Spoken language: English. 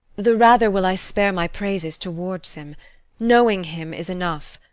the rather will i spare my praises towards him knowing him is enough.